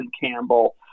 Campbell